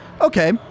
okay